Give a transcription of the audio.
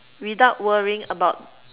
without worrying about